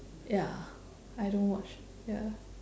ya I don't watch ya